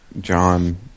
John